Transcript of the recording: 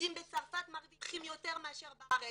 שיהודים בצרפת מרוויחים יותר מאשר בארץ.